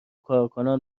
کارکنان